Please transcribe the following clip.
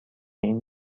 این